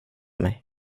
mig